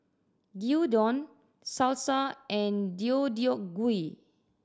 Gyudon Salsa and Deodeok Gui